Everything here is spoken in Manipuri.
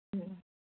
ꯎꯝ ꯎꯝ